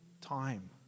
time